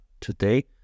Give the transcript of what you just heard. today